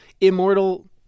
immortal